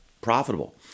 profitable